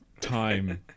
time